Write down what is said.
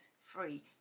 free